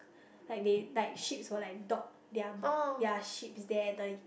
like they like ships will like dock their their ships there the